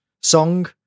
song